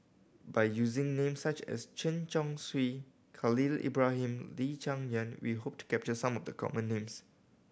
by using names such as Chen Chong Swee Khalil Ibrahim Lee Cheng Yan we hope to capture some of the common names